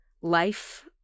life